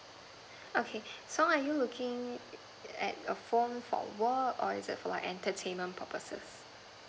okay so are you looking at a phone for work or is it like for entertainment purposes